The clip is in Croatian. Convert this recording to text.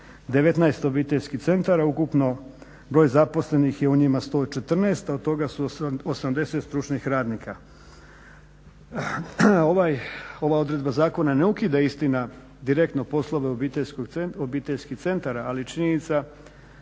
19 obiteljskih centara, ukupno broj zaposlenih u njima je 114, a od toga su 80 stručnih radnika. Ova odredba zakona ne ukida istina direktno poslove obiteljskih centara ali je činjenica